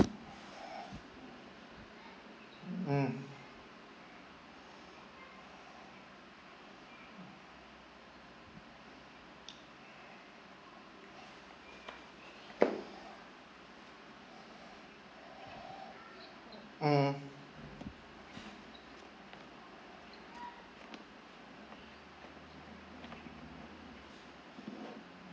mm mm